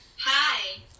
Hi